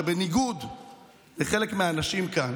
בניגוד לחלק מהאנשים כאן